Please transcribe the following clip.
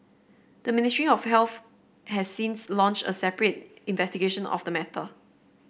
the Ministry of Health has since launched a separate investigation of the matter